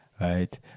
right